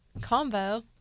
Combo